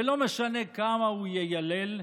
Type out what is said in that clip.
ולא משנה כמה הוא יילל,